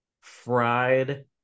fried